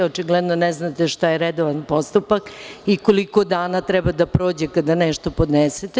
Očigledno ne znate šta je redovan postupak i koliko dana treba da prođe kada nešto podnesete.